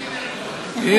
תבקשו ממני,